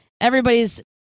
Everybody's